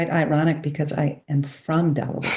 and ironic because i am from delaware.